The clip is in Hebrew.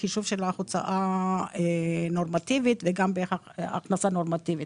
בחישוב של הוצאה נורמטיבית וגם הכנסה נורמטיבית.